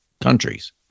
countries